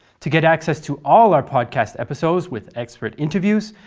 to get access to all our podcast episodes with expert interviews,